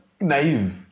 naive